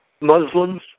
Muslims